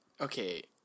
okay